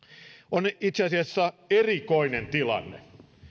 on leikattu on itse asiassa erikoinen tilanne